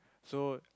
so